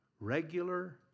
regular